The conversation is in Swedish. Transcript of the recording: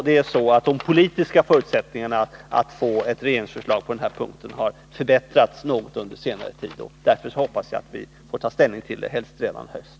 De politiska förutsättningarna att få ett regeringsförslag på denna punkt kanske också har förbättrats något på senare tid. Därför hoppas jag att vi får ta ställning till ett förslag helst redan i höst.